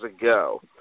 ago